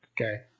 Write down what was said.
okay